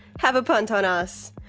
have a punt on us.